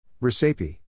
Recipe